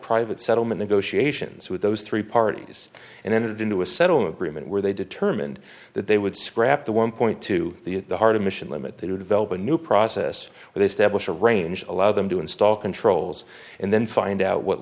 private settlement negotiations with those three parties and entered into a settlement agreement where they determined that they would scrap the one point two the at the heart of mission limit they will develop a new process where they step was a range of allow them to install controls and then find out what